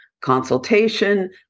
consultation